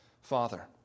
Father